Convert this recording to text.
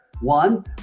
one